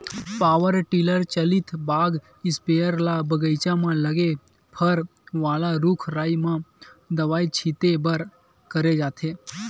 power tiller चलित बाग sprayer ल बगीचा म लगे फर वाला रूख राई म दवई छिते बर करे जाथे